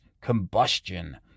Combustion